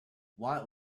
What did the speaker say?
watt